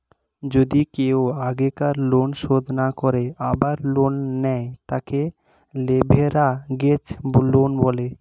যদি কেও আগেকার লোন শোধ না করে আবার লোন নেয়, তাকে লেভেরাগেজ লোন বলে